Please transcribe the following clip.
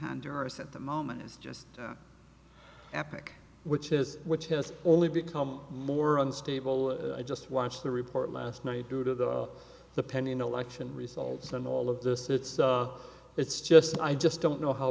honduras at the moment is just apic which is which has only become more unstable i just watched the report last night due to the the pending election results and all of this it's it's just i just don't know how